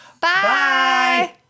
Bye